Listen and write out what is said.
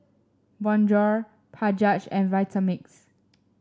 Bonjour Bajaj and Vitamix